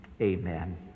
amen